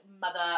mother